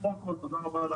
תודה רבה.